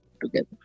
together